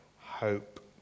hope